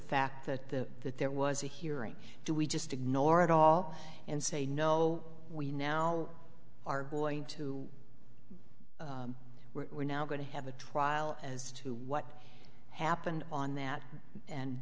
fact that the that there was a hearing do we just ignore it all and say no we now are going to we're now going to have a trial as to what happened on that and